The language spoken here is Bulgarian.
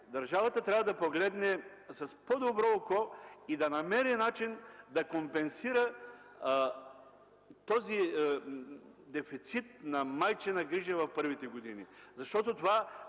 държавата трябва да погледне с по-добро око и да намери начин да компенсира дефицита на майчина грижа в първите години. Това